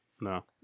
No